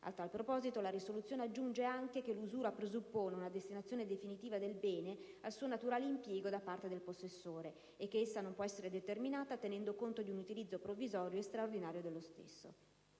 A tal proposito, la risoluzione aggiunge anche che l'usura «presuppone una destinazione definitiva del bene al suo naturale impiego da parte del possessore» e che essa «non può essere determinata tenendo conto di un utilizzo provvisorio e straordinario dello stesso».